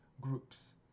groups